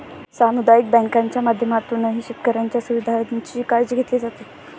सामुदायिक बँकांच्या माध्यमातूनही शेतकऱ्यांच्या सुविधांची काळजी घेतली जाते